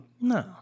No